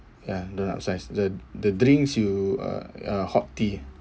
ya don't upsize the the drinks you uh hot tea